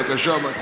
בבקשה, מקלב.